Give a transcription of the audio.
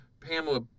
pamela